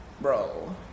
bro